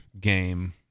game